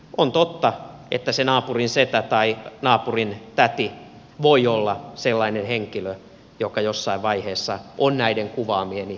on totta että se naapurin setä tai naapurin täti voi olla sellainen henkilö joka jossain vaiheessa on näiden kuvaamieni otsikoidenkin takana